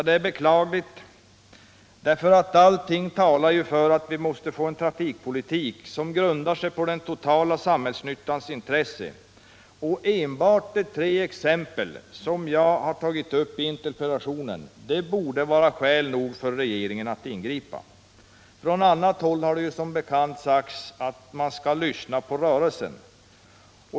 Det är beklagligt, därför att allt talar för att vi måste få en trafikpolitik som grundar sig på den totala samhällsnyttans intresse. Enbart de tre exempel som jag har tagit upp i interpellationen borde vara skäl nog för regeringen att ingripa. Från annat håll har det som bekant sagts att man skall lyssna på rörelsen.